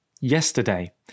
yesterday